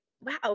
wow